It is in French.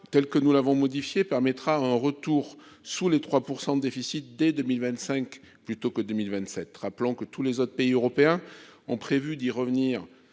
telle que nous l'avons modifié permettra un retour sous les 3 % de déficit dès 2025 plutôt que de 1027, rappelant que tous les autres pays européens ont prévu d'y revenir